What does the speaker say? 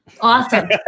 Awesome